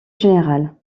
général